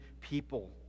people